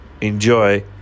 enjoy